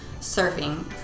surfing